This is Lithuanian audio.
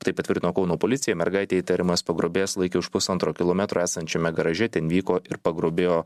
tai patvirtino kauno policija mergaitę įtariamas pagrobėjas laikė už pusantro kilometro esančiame garaže ten vyko ir pagrobėjo